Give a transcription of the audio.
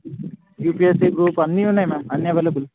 UPSC group అన్నీ ఉన్నాయి ma'am అన్నీ అవైలబుల్